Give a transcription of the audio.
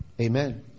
Amen